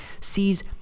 sees